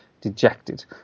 dejected